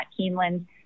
Keeneland